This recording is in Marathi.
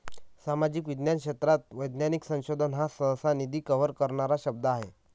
सामाजिक विज्ञान क्षेत्रात वैज्ञानिक संशोधन हा सहसा, निधी कव्हर करणारा शब्द आहे